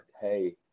hey